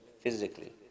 physically